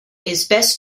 best